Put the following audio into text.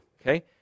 Okay